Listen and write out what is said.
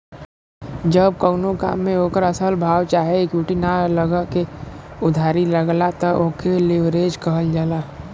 जब कउनो काम मे ओकर असल भाव चाहे इक्विटी ना लगा के उधारी लगला त ओके लीवरेज कहल जाला